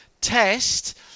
test